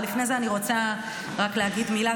אבל לפני זה אני רוצה רק להגיד מילה